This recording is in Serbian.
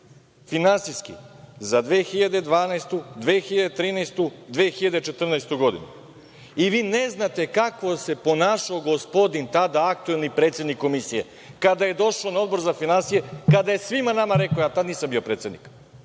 finansijski za 2012, 2013. i 2014. godinu i vi ne znate kako se ponašao gospodin tada aktuelni predsednik Komisije, kada je došao na Odbor za finansije, kada je svima nama rekao, ja tada nisam bio predsednik,